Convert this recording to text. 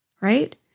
right